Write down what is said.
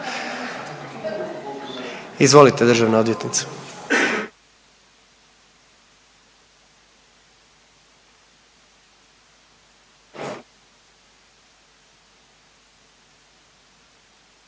Izvolite državna odvjetnice.